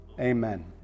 amen